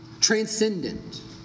Transcendent